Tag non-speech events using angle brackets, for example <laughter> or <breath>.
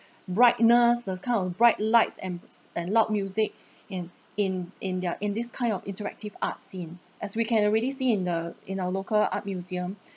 brightness those kind of bright lights and s~ and loud music <breath> in in in their in this kind of interactive art scene as we can already see in the in our local art museum